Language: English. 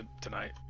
tonight